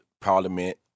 parliament